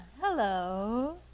hello